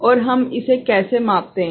और हम इसे कैसे मापते हैं